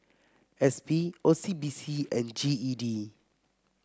S P O C B C and G E D